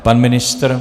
Pan ministr?